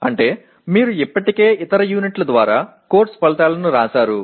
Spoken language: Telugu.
అంటే మీరు ఇప్పటికే ఇతర యూనిట్ల ద్వారా కోర్సు ఫలితాలను వ్రాశారు